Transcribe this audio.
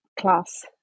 class